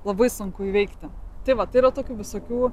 labai sunku įveikti tai vat yra tokių visokių